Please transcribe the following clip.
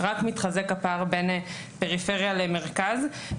ורק מתחזק הפער בין פריפריה למרכז.